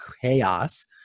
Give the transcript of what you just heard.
chaos